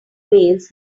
waves